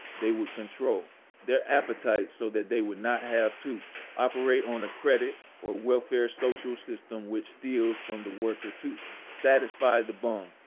they would control their appetites so that they would not have to operate on a credit or welfare social system which steals from the worker to satisfy the bum.